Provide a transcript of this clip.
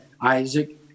Isaac